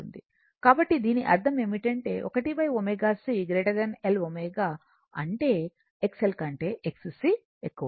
కాబట్టి దీని అర్థం ఏమిటంటే 1ω c Lω అంటే XL కంటే Xc ఎక్కువ